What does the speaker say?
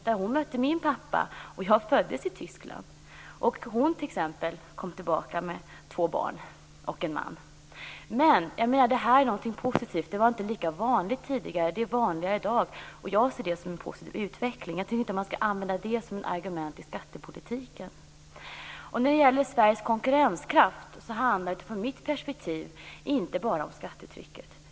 Där mötte hon min pappa, och jag föddes i Tyskland. Hon t.ex. kom tillbaka med två barn och en man. Jag menar alltså att det här är något positivt. Det var inte lika vanligt tidigare. Det är vanligare i dag, och jag ser det som en positiv utveckling. Jag tycker inte att man skall använda det som ett argument i skattepolitiken. Sveriges konkurrenskraft handlar utifrån mitt perspektiv inte bara om skattetrycket.